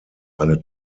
eine